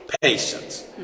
patience